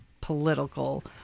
political